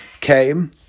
came